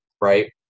right